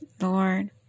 Lord